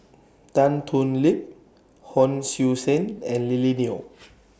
Tan Thoon Lip Hon Sui Sen and Lily Neo